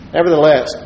Nevertheless